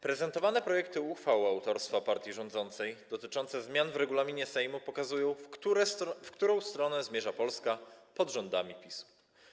Prezentowane projekty uchwał autorstwa partii rządzącej dotyczące zmian w regulaminie Sejmu pokazują, w którą stronę zmierza Polska pod rządami PiS.